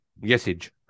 Yesage